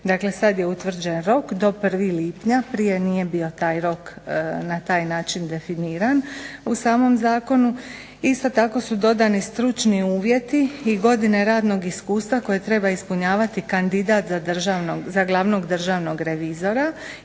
Dakle, sad je utvrđen rok do 1. lipnja. Prije nije bio taj rok na taj način definiran u samom zakonu. Isto tako su dodani stručni uvjeti i godine radnog iskustva koje treba ispunjavati kandidat za glavnog državnog revizora